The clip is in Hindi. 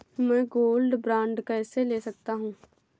मैं गोल्ड बॉन्ड कैसे ले सकता हूँ?